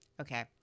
Okay